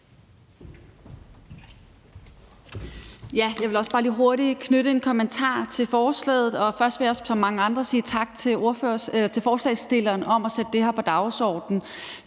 Jeg vil også bare lige hurtigt knytte en kommentar til forslaget, og først vil jeg ligesom mange andre også sige tak til forslagsstillerne for at sætte det her på dagsordenen.